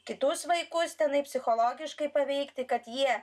kitus vaikus tenai psichologiškai paveikti kad jie